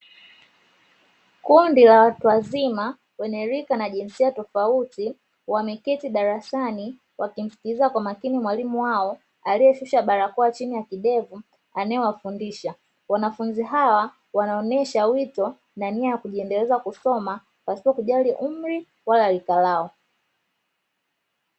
Kundi la watu wazima wenye rika na jinsia tofauti wameketi darasani wakimsikiliza kwa makini mwalimu wao aliyeshusha barakoa nchini ya kidevu, anayewafundisha. Wanafunzi hawa wanaonesha wito na nia ya kujiendeleza kusoma pasipo kujali umri wala rika lao.